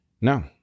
no